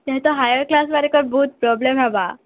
ନେତ higher class ବାଲେକର୍ ବହୁତ୍ problem ହେବା